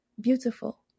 beautiful